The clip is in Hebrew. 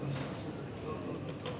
אדוני היושב בראש, חברי חברי הכנסת,